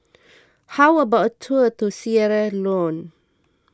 how about a tour to Sierra Leone